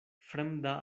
fremda